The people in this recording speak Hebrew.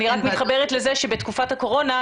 אני רק מתחברת לזה שבתקופת הקורונה,